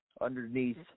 underneath